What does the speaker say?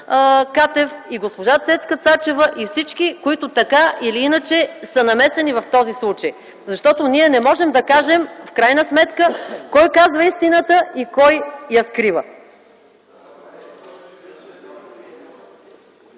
Катев, госпожа Цецка Цачева и всички, които така или иначе са намесени в този случай. Ние не можем да кажем в крайна сметка кой казва истината и кой я скрива.